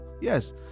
yes